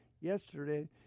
yesterday